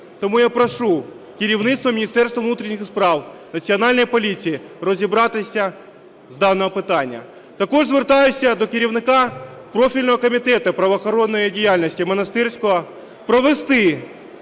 Тому я прошу керівництво Міністерства внутрішніх справ, Національної поліції розібратися з даного питання. Також звертаюся до керівника профільного Комітету правоохоронної діяльності Монастирського провести